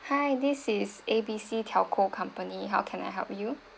hi this is A B C telco company how can I help you